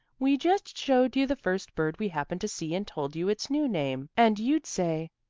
we just showed you the first bird we happened to see and told you its new name and you'd say,